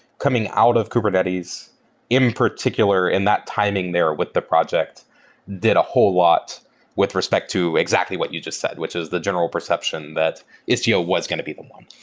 coming out of kubernetes in particular in that timing there with the project did a whole lot with respect to exactly what you just said, which is the general perception that istio was going to be the one.